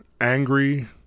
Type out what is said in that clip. angry